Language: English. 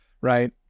Right